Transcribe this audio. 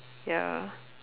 ya